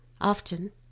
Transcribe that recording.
Often